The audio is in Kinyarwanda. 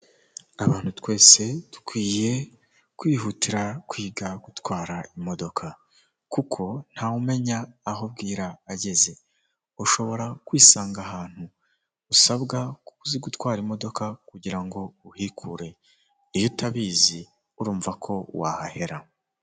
Iyo abayobozi basoje inama bari barimo hari ahantu habugenewe bahurira bakiga ku myanzuro yafashwe ndetse bakanatanga n'umucyo ku bibazo byagiye bigaragazwa ,aho hantu iyo bahageze baraniyakira.